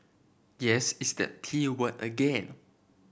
yes it's that T word again